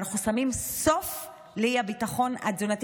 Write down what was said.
ואנחנו שמים סוף לאי-ביטחון התזונתי